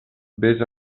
vés